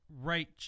Right